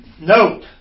Note